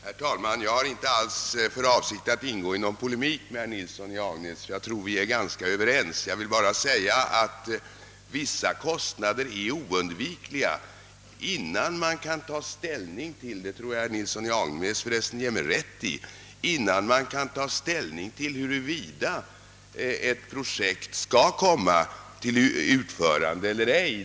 Herr talman! Jag har inte för avsikt att ingå i polemik med herr Nilsson i Agnäs — jag tror att vi är ganska överens. Jag vill endast säga att vissa kostnader är oundvikliga — det tror jag att herr Nilsson i Agnäs ger mig rätt i — innan man kan ta ställning till huruvida ett projekt skall komma till utförande eller ej.